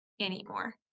anymore